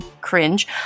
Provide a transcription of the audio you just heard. cringe